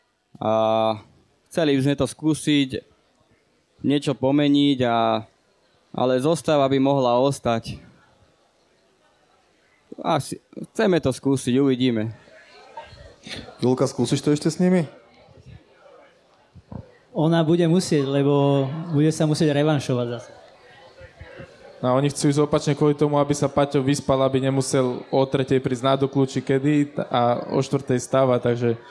A chceli by sme to skúsiť, niečo pomeniť a- ale zostava by mohla ostať. Asi- chceme to skúsiť, uvidíme. Julka, skúsiš to ešte s nimi? Ona bude musieť, lebo bude sa musieť revanšovať zase. No a oni chcú ísť opačne kvôli tomu, aby sa Paťo vyspal, aby nemusel o tretej prísť na do kľúči kedy a o štvrtej stáva, takže-